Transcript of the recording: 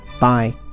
Bye